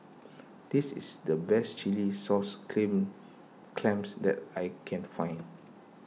this is the best Chilli Sauce Clams that I can find